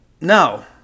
no